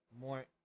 more